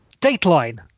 Dateline